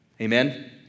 Amen